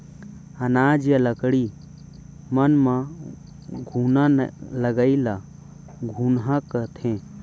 अनाज या लकड़ी मन म घुना लगई ल घुनहा कथें